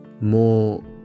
more